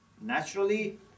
naturally